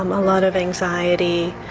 um a lot of anxiety,